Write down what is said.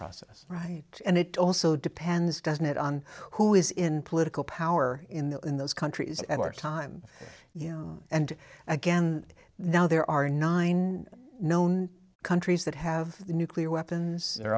process right and it also depends doesn't it on who is in political power in the in those countries and our time and again now there are nine known countries that have nuclear weapons there